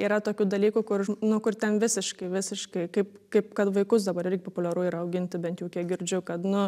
yra tokių dalykų kur nu kur ten visiškai visiškai kaip kaip kad vaikus dabar irgi populiaru yra auginti bent jau kiek girdžiu kad nu